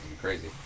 crazy